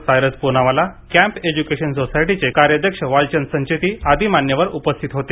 Cyrus Poonawalla camp education सोसायटीचे कार्याध्यक्ष वालचंद संचेती मान्यवर आदी उपस्थित होते